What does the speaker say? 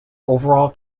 overall